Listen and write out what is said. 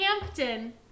Hampton